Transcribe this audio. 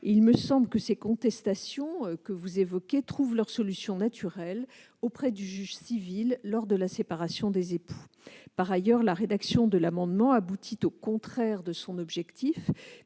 Il me semble que les contestations que vous évoquez trouvent leur solution naturelle auprès du juge civil lors de la séparation des époux. Par ailleurs, la rédaction de cet amendement aboutirait au contraire de l'objectif